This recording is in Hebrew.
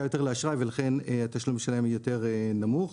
יותר לאשראי ולכן התשלום שלהם הוא יותר נמוך.